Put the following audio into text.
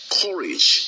courage